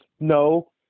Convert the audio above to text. No